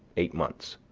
eight months.